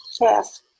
yes